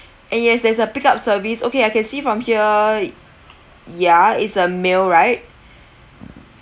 yes there's a pick up service okay I can see from here ya is a male right